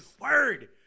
Word